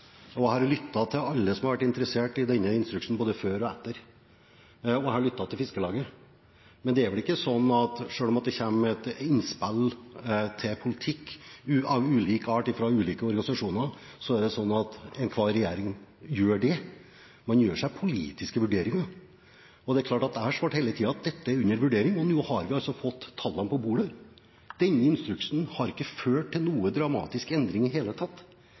Jeg har lyttet til alle som har vært interessert i denne instruksen, både før og etter, og jeg har lyttet til Fiskarlaget. Men selv om det kommer innspill til politikk av ulik art fra ulike organisasjoner, er det vel ikke sånn at enhver regjering gjør det. Man gjør seg politiske vurderinger, og jeg har hele tiden svart at dette er under vurdering. Nå har vi altså fått tallene på bordet. Denne instruksen har ikke ført til noen dramatisk endring i det hele tatt.